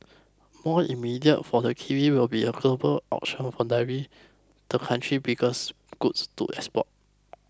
more immediate for the kiwi will be a global auction of dairy the country biggest goods export